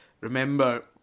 remember